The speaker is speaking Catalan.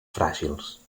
fràgils